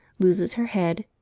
loses her head,